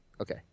Okay